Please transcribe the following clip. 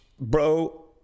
Bro